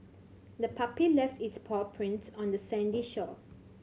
the puppy left its paw prints on the sandy shore